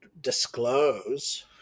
disclose